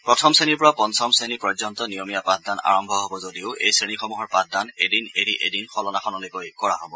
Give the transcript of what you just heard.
প্ৰথম শ্ৰেণীৰ পৰা পঞ্চম শ্ৰেণী পৰ্যন্ত নিয়মীয়া পাঠদান আৰম্ভ হ'ব যদিও এই শ্ৰেণীসমূহৰ পাঠদান এদিন এৰি এদিন সলনাসলনিকৈ কৰা হব